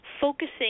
focusing